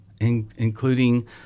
including